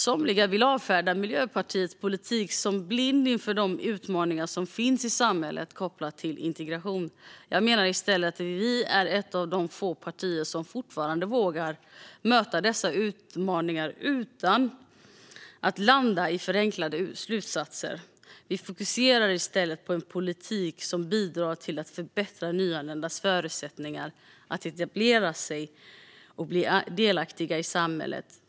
Somliga vill avfärda Miljöpartiets politik som blind inför de utmaningar som finns i samhället kopplat till integration. Jag menar i stället att vi är ett av de få partier som fortfarande vågar möta dessa utmaningar utan att landa i förenklade slutsatser. Vi fokuserar på en politik som bidrar till att förbättra nyanländas förutsättningar att etablera sig och bli delaktiga i samhället.